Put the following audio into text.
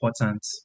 important